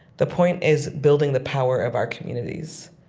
the point is building the power of our communities,